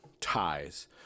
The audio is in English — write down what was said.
ties